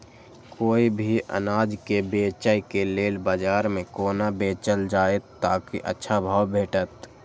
कोय भी अनाज के बेचै के लेल बाजार में कोना बेचल जाएत ताकि अच्छा भाव भेटत?